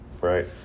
right